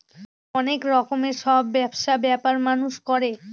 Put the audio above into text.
অনেক রকমের সব ব্যবসা ব্যাপার মানুষ করে